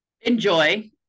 Enjoy